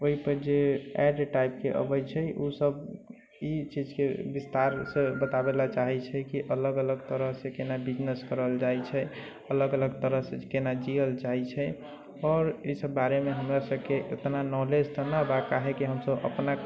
ओइपर जे एड टाइपके अबै छै उ सभ ई चीजके विस्तारसँ बताबऽ लए चाहै छै कि अलग अलग तरहसँ केना बिजनेस करल जाइ छै अलग अलग तरहसँ केना जीयल जाइ छै आओर ई सभ बारेमे हमरा सभके इतना नॉलेज तऽ नहि बा काहेकि हमसभ अपना